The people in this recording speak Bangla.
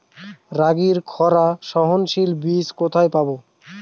রাগির খরা সহনশীল বীজ কোথায় পাবো?